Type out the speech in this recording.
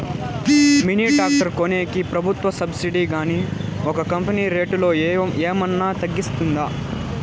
Mini tractor కొనేకి ప్రభుత్వ subsidy గాని లేక కంపెని రేటులో ఏమన్నా తగ్గిస్తుందా?